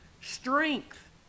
strength